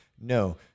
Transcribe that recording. No